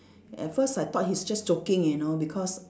at first I thought he's just joking you know because